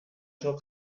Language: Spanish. son